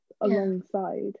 alongside